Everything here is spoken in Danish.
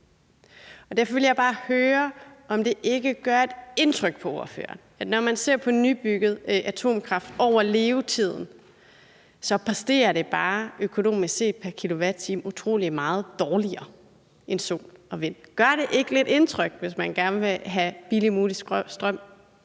Derfor vil jeg bare høre, om det ikke gør et indtryk på ordføreren, at når man ser på nybyggede atomkraftværker over deres levetid, så præsterer de bare økonomisk set pr. kilowatt-time utrolig meget dårligere end sol- og vindenergi. Gør det ikke lidt indtryk, hvis man gerne vil have billigst mulig strøm?